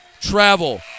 Travel